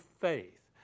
faith